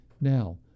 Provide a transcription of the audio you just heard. Now